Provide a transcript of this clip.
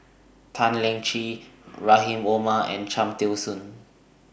Tan Lian Chye Rahim Omar and Cham Tao Soon